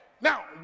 Now